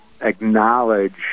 acknowledge